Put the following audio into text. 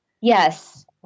Yes